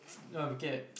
no we can't